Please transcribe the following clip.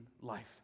life